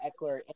Eckler